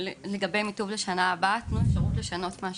לגבי מיטוב לשנה הבאה תנו אפשרות לשנות משהו.